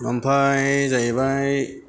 ओमफाय जाहैबाय